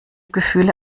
gefühle